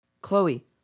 Chloe